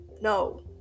No